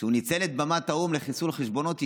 כשהוא ניצל את במת האו"ם לחיסול חשבונות אישיים.